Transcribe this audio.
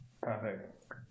Perfect